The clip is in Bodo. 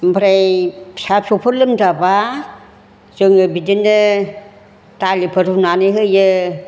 ओमफ्राय फिसा फिसौफोर लोमजाब्ला जोङो बिदिनो दालिफोर रुनानै होयो